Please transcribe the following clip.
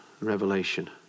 revelation